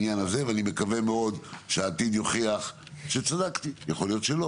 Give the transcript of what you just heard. מקווה מאוד שהעתיד יוכיח שצדקתי, יכול להיות שלא.